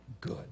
good